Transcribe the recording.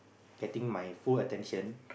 getting my full attention